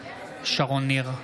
שרון ניר,